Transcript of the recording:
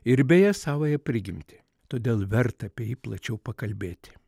ir beje savąją prigimtį todėl verta apie jį plačiau pakalbėti